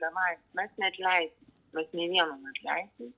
davai mes neatleisim mes nė vieno neatleisim